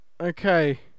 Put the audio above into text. Okay